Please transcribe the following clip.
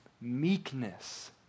meekness